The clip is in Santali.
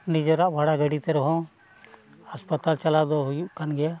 ᱱᱤᱡᱮᱨᱟᱜ ᱵᱷᱟᱲᱟ ᱜᱟᱹᱰᱤ ᱛᱮ ᱨᱮᱦᱚᱸ ᱦᱟᱥᱯᱟᱛᱟᱞ ᱪᱟᱞᱟᱣ ᱫᱚ ᱦᱩᱭᱩᱜ ᱠᱟᱱ ᱜᱮᱭᱟ